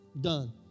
done